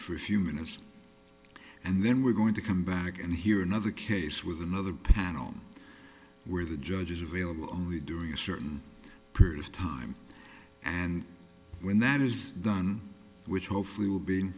for a few minutes and then we're going to come back and hear another case with another panel where the judge is available only during certain period of time and when that is done which hopefully will be